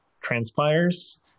transpires